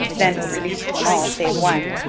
then he released them all save one,